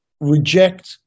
reject